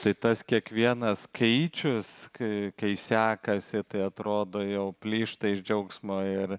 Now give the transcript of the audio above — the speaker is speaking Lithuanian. tai tas kiekvienas skaičius kai kai sekasi tai atrodo jau plyšta iš džiaugsmo ir